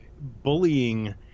bullying